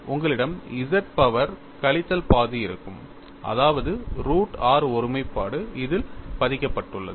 உங்களிடம் z power கழித்தல் பாதி இருக்கும் அதாவது ரூட் r ஒருமைப்பாடு இதில் பதிக்கப்பட்டுள்ளது